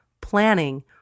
planning